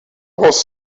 was